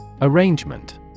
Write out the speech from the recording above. Arrangement